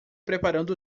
preparando